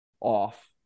off